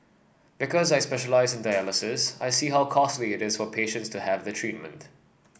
because I specialise in dialysis I see how costly it is for patients to have the treatment